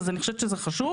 אז אני חושבת שזה חשוב.